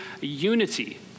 unity